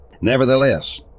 Nevertheless